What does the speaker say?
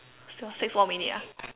still got six more minute ah